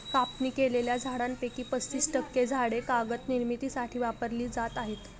कापणी केलेल्या झाडांपैकी पस्तीस टक्के झाडे कागद निर्मितीसाठी वापरली जात आहेत